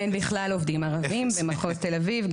אין בכלל עובדים ערבים במחוז תל אביב.